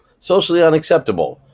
socially unacceptable,